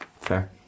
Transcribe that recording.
fair